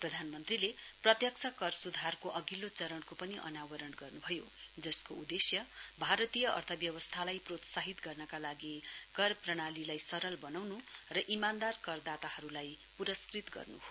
प्रधानमन्त्रीले प्रत्यक्ष कर सुधारको अधिल्लो चरणको पनि अनावरण गर्नुभयो जसको उदेश्य भारतीय अर्थव्यवस्थलाई प्रोत्साहित गर्नका लागि कर प्रणालीलाई सरल बनाउनु र ईमानदार करदाताहरुलाई पुरस्कृत गर्नु हो